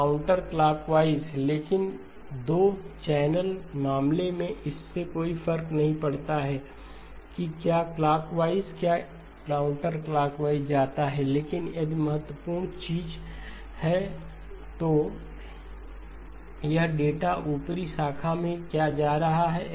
counterclockwise लेकिन 2 channel मामले में इससे कोई फर्क नहीं पड़ता कि क्या क्लाकवाइज या काउंटरक्लाकवाइज जाता है लेकिन यदि महत्वपूर्ण चीज है तो यह डेटा ऊपरी शाखा में क्या जा रहा है